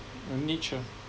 a niche ah